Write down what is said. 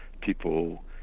people